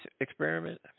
experiment